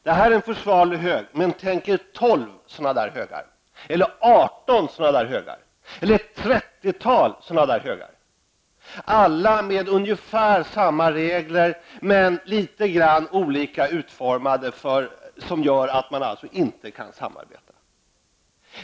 Det här är en försvarlig hög, men tänk er tolv sådana högar -- eller arton, eller ett trettiotal -- alla med ungefär samma regler, men litet olika utformade, vilket alltså gör att man inte kan samarbeta.